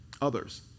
others